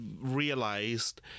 realized